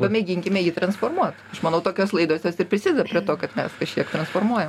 pamėginkime jį transformuot aš manau tokios laidos jos ir prisideda prie to kad mes kažkiek transformuojam